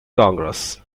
congress